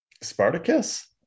Spartacus